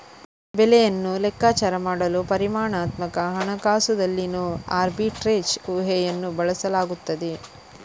ಬೆಲೆಯನ್ನು ಲೆಕ್ಕಾಚಾರ ಮಾಡಲು ಪರಿಮಾಣಾತ್ಮಕ ಹಣಕಾಸುದಲ್ಲಿನೋ ಆರ್ಬಿಟ್ರೇಜ್ ಊಹೆಯನ್ನು ಬಳಸಲಾಗುತ್ತದೆ